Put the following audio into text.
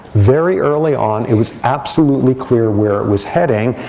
very early on, it was absolutely clear where it was heading,